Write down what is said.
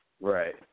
right